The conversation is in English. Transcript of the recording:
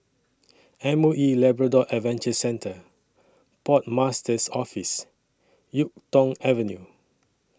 M O E Labrador Adventure Centre Port Master's Office Yuk Tong Avenue